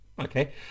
Okay